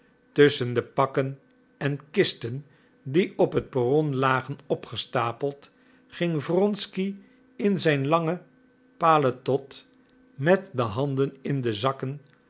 tusschen de pakken en kisten die op het perron lagen opgestapeld ging wronsky in zijn lange paletot met de handen in de zakken